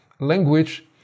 language